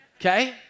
okay